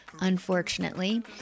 unfortunately